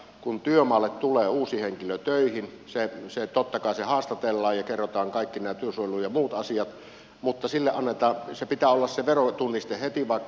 kun työmaalle tulee uusi henkilö töihin totta kai hänet haastatellaan ja kerrotaan kaikki nämä työsuojelu ja muut asiat ja hänellä pitää se verotunniste olla heti vaikka olisi aliurakoitsija